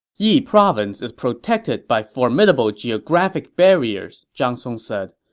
yi province is protected by formidable geographic barriers, zhang song said.